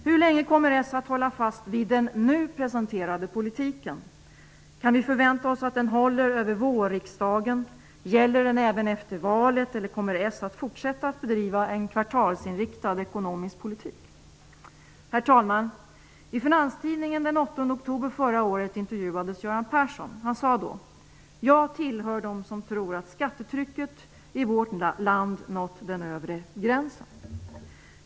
Hur länge kommer Socialdemokraterna att hålla fast vid den nu presenterade politiken? Kan vi förvänta oss att den håller över vårriksdagen? Socialdemokraterna att fortsätta att bedriva en kvartalsinriktad ekonomisk politik? Herr talman! I Finanstidningen den 8 oktober förra året intervjuades Göran Persson. Han sade då: ''Jag hör till dem som tror att skattetrycket i vårt land nått den övre gränsen.''